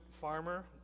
farmer